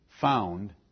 found